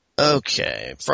Okay